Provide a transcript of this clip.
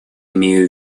имею